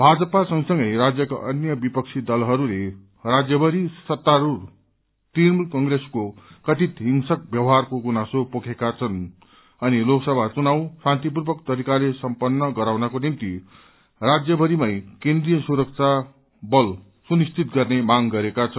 भाजपा सँगसँगै राज्यका अन्य विपक्षी दलहरूले राज्यभरि सत्तारूढ़ तृणमूल कंग्रेसको कथित हिंम्रक व्यवहारको गुनासो पोखेका छन् अनि लोकसभा चुनाव शान्तिपूर्वक तरिकाले सम्पन्न गराउनको निम्ति राज्यभरिमै केन्द्रिय सुरक्षा सुनिश्चित गर्ने माग गरेका छन्